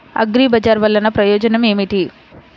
అగ్రిబజార్ వల్లన ప్రయోజనం ఏమిటీ?